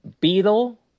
Beetle